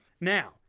Now